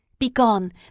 Begone